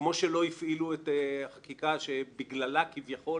כמו שלא הפעילו את החקיקה שבגללה כביכול